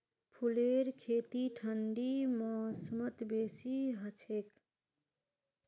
फूलेर खेती ठंडी मौसमत बेसी हछेक